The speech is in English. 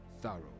Thorough